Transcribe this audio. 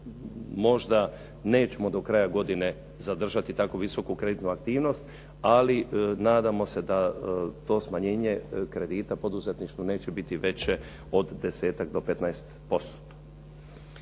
možda nećemo do kraja godine zadržati tako visoku kreditnu aktivnost, ali nadamo se da to smanjenje kredita poduzetništvu neće biti veće od 10 do 15%.